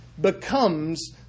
becomes